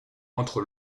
entre